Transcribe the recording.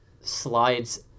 slides